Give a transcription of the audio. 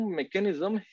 mechanism